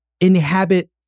Inhabit